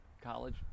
college